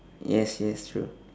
yes yes true